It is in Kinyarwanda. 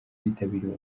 bitabiriye